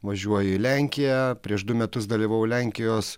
važiuoju į lenkiją prieš du metus dalyvavau lenkijos